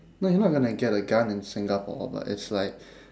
no you're not going to get a gun in singapore but it's like